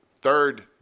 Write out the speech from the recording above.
Third